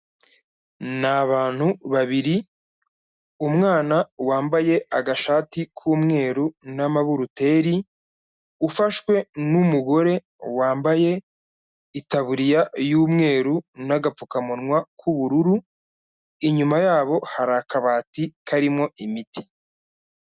Ni abantu babiri, umwana wambaye agashati k'umweru n'amaburuteri, ufashwe n'umugore wambaye itaburiya y'umweru n'agapfukamunwa k'ubururu, inyuma yabo hari akabati karimo imiti.